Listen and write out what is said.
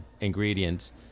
ingredients